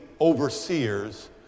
overseers